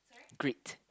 greet